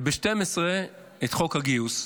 וב-12:00 את חוק הגיוס,